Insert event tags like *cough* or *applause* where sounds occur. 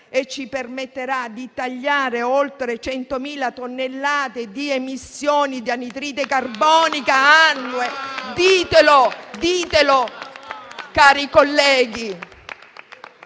ci permetterà di tagliare oltre 100.000 tonnellate di emissioni di anidride carbonica annue. *applause* Ditelo, cari colleghi,